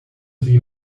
sie